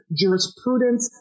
jurisprudence